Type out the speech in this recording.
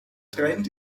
trend